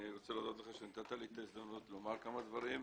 אני רוצה להודות לך על שנתת לי את ההזדמנות לומר כמה דברים.